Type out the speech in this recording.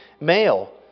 male